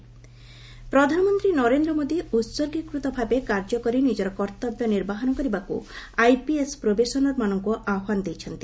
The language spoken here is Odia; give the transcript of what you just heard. ପିଏମ୍ ଆଇପିଏସ୍ ପ୍ରଧାନମନ୍ତ୍ରୀ ନରେନ୍ଦ୍ର ମୋଦି ଉତ୍ଗୀକୃତଭାବେ କାର୍ଯ୍ୟ କରି ନିଜର କର୍ତ୍ତବ୍ୟ ନିର୍ବାହନ କରିବାକୁ ଆଇପିଏସ୍ ପ୍ରୋବେସନର୍ମାନଙ୍କୁ ଆହ୍ୱାନ ଦେଇଛନ୍ତି